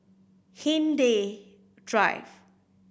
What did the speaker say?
Hindhede Drive